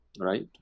right